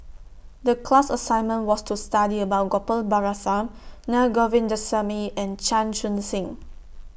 The class assignment was to study about Gopal Baratham Na Govindasamy and Chan Chun Sing